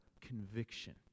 conviction